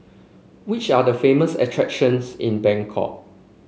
which are the famous attractions in Bangkok